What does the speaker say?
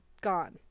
gone